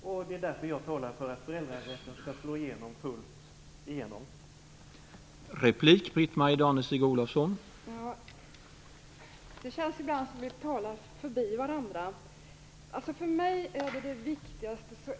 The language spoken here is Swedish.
Jag talar mot den bakgrunden för att föräldrarätten skall slå igenom fullt ut.